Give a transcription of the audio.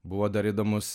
buvo dar įdomus